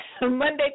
Monday